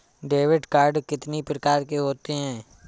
Debit card कितनी प्रकार के होते हैं?